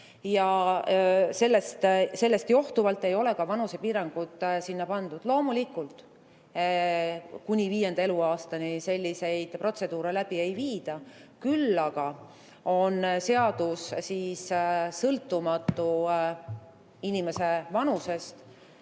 Sellest johtuvalt ei ole ka vanusepiirangut pandud. Loomulikult, kuni viienda eluaastani selliseid protseduure läbi ei viida, küll aga on seadus sõltumatu inimese vanusest,